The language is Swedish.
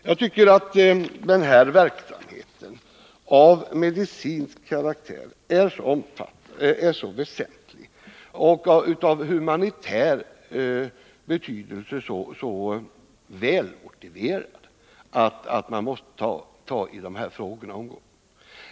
Jag tycker att den här verksamheten av medicinsk karaktär är så väsentlig och humanitärt så välmotiverad att man måste ta i dessa frågor omgående.